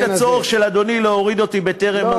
אני מבין את הצורך של אדוני להוריד אותי בטרם הגיע הזמן.